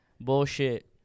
bullshit